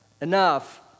Enough